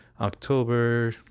october